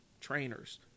trainers